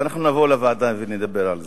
ואנחנו נבוא לוועדה ונדבר על זה.